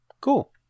cool